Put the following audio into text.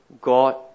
God